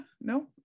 no